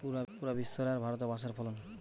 পুরা বিশ্ব রে আর ভারতে বাঁশের ফলন